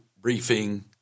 briefing